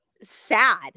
sad